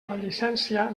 llicència